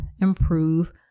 improve